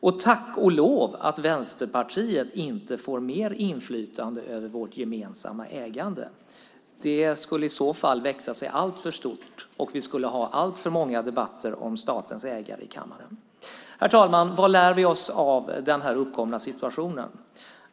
Och tack och lov att Vänsterpartiet inte får mer inflytande över vårt gemensamma ägande! Det skulle i så fall växa sig alltför stort, och vi skulle ha alltför många debatter om statens ägande i kammaren. Herr talman! Vad lär vi oss av den uppkomna situationen?